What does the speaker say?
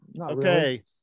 okay